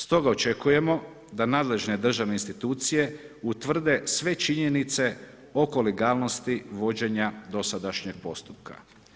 Stoga očekujemo da nadležne državne institucije utvrde sve činjenice oko legalnosti vođenja dosadašnjeg postupka.